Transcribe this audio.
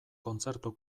kontzertu